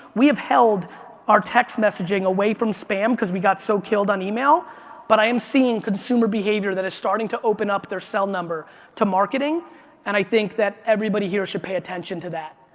we have held our text messaging away from spam because we got so killed on email but i am seeing consumer behavior that is starting to open up their cell number to marketing and i think that everybody here should pay attention to that.